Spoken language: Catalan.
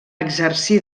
exercí